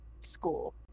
school